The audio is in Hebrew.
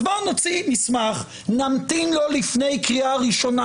אז בוא נוציא מסמך, נמתין לו לפני קריאה ראשונה.